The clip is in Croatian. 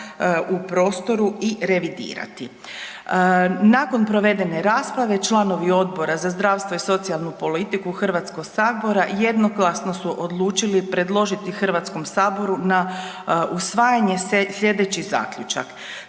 u prostoru i revidirati. Nakon provedene rasprave članovi Odbora za zdravstvo i socijalnu politiku HS-a jednoglasno su odlučili predložiti HS na usvajanje sljedeći zaključak: